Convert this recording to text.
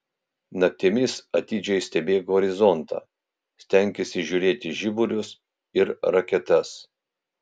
naktimis atidžiai stebėk horizontą stenkis įžiūrėti žiburius ir raketas